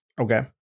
Okay